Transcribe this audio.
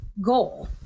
goal